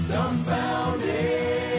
Dumbfounded